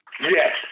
Yes